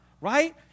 right